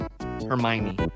Hermione